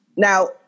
Now